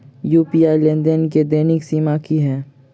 UPI लेनदेन केँ दैनिक सीमा की है?